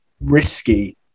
risky